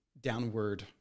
downward